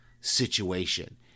situation